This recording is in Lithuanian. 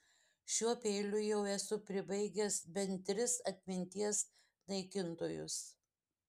šiuo peiliu jau esu pribaigęs bent tris atminties naikintojus